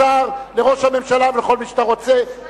לשר, לראש הממשלה ולכל מי שאתה רוצה.